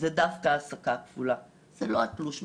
זה דווקא העסקה הכפולה, זה לא התלוש משכורת,